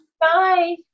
Bye